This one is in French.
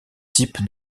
type